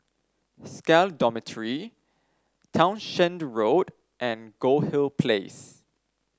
SCAL Dormitory Townshend Road and Goldhill Place